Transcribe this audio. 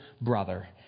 brother